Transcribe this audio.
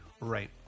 Right